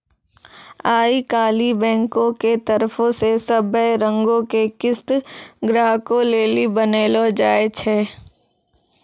आई काल्हि बैंको के तरफो से सभै रंगो के किस्त ग्राहको लेली बनैलो जाय छै